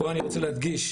אני רוצה להדגיש,